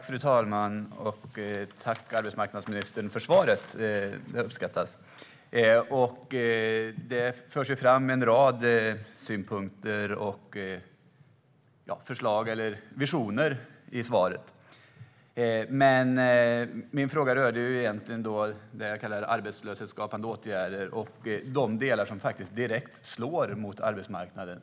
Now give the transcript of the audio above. Fru talman! Tack för svaret, arbetsmarknadsministern! Det uppskattas. I svaret framförs en rad synpunkter och visioner. Men min fråga rörde egentligen det som jag kallar för arbetslöshetsskapande åtgärder och de delar som slår direkt mot arbetsmarknaden.